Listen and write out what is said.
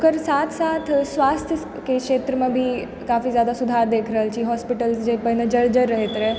ओकर साथ साथ स्वास्थके क्षेत्र मे भी काफी जादा सुधार देख रहल छी हॉस्पिटल्स जे पहिने जड़ जड़ रहैत रहै